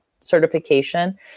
certification